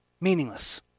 meaningless